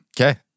Okay